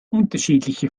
unterschiedliche